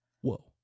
Whoa